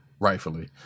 rightfully